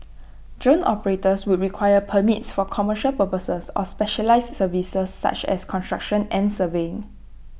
drone operators would require permits for commercial purposes or specialised services such as construction and surveying